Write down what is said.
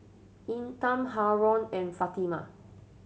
Intan Haron and Fatimah